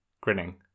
grinning